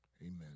Amen